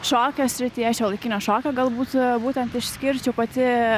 šokio srityje šiuolaikinio šokio galbūt būtent išskirčiau pati